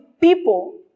people